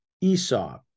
Esau